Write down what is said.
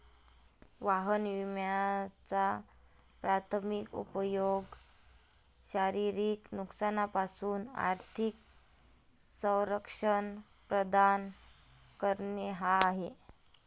वाहन विम्याचा प्राथमिक उपयोग शारीरिक नुकसानापासून आर्थिक संरक्षण प्रदान करणे हा आहे